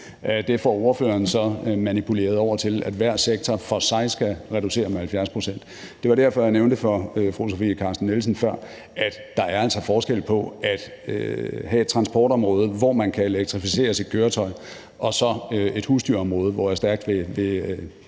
Det får partilederen så manipuleret over til, at hver sektor for sig skal reducere med 70 pct. Det var derfor, jeg nævnte for fru Sofie Carsten Nielsen før, at der altså er forskel på at have et transportområde, hvor man kan elektrificere sit køretøj, og så et husdyrområde, hvor jeg stærkt vil